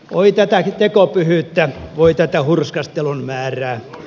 voi tätä tekopyhyyttä voi tätä hurskastelun määrää